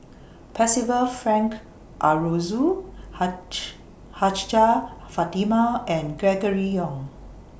Percival Frank Aroozoo Hajjah Fatimah and Gregory Yong